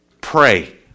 pray